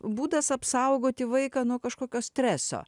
būdas apsaugoti vaiką nuo kažkokio streso